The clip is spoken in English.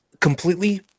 completely